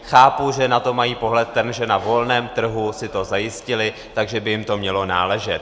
Chápu, že na to mají pohled ten, že na volném trhu si to zajistili, takže by jim to mělo náležet.